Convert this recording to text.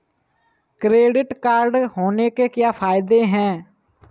Credit card होने के क्या फायदे हैं?